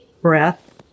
breath